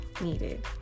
needed